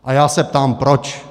A já se ptám proč.